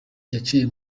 yaciye